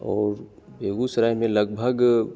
और बेगुसराय में लगभग